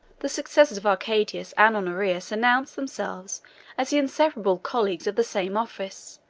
the successors of arcadius and honorius announced themselves as the inseparable colleagues of the same office,